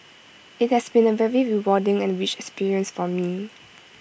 IT has been A very rewarding and rich experience for me